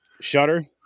shutter